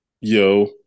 Yo